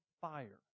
fire